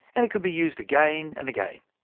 and could be used again, and again.